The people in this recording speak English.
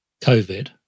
COVID